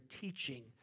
teaching